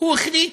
הוא החליט